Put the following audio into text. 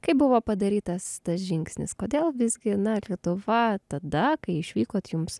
kaip buvo padarytas tas žingsnis kodėl visgi na lietuva tada kai išvykot jums